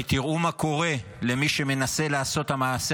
"תראו מה קורה למי שמנסה לעשות את המעשה